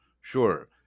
Sure